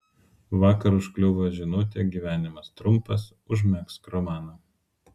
vakar užkliuvo žinutė gyvenimas trumpas užmegzk romaną